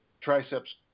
triceps